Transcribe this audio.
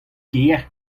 kêr